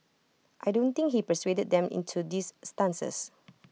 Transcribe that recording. I don't think he persuaded them into these stances